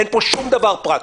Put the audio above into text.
אין פה שום דבר פרקטי.